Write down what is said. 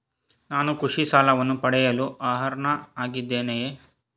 ನಾನು ಕೃಷಿ ಸಾಲವನ್ನು ಪಡೆಯಲು ಅರ್ಹನಾಗಿದ್ದೇನೆಯೇ?